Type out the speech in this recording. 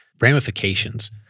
ramifications